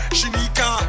Shinika